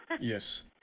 Yes